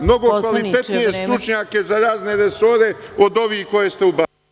mnogo kvalitetnije stručnjake za razne resore od ovih koje ste ubacili.